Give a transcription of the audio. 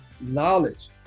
knowledge